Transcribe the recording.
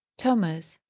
thomas,